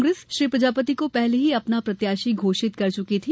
कांग्रेस श्री प्रजापति को पहले ही अपना प्रत्याशी घोषित कर च्की थी